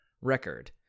record